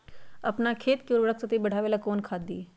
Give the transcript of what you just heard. अपन खेत के उर्वरक शक्ति बढावेला कौन खाद दीये?